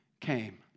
came